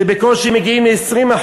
שבקושי מגיעים ל-20%,